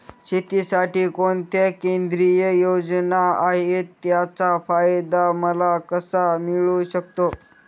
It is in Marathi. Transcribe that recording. शेतीसाठी कोणत्या केंद्रिय योजना आहेत, त्याचा फायदा मला कसा मिळू शकतो?